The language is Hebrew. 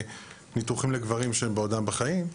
ניתוחים לגברים שהם בעודם בחיים,